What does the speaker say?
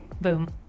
Boom